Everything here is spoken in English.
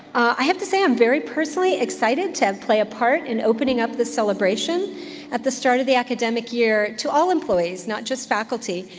i have to say, i'm very personally excited to play a part in opening up the celebration at the start of the academic year to all employees, not just faculty,